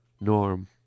Norm